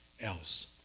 else